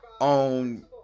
on